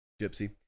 Gypsy